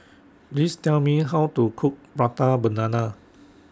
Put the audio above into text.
Please Tell Me How to Cook Prata Banana